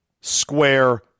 square